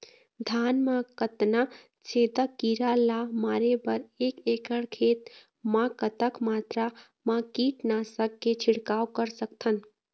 धान मा कतना छेदक कीरा ला मारे बर एक एकड़ खेत मा कतक मात्रा मा कीट नासक के छिड़काव कर सकथन?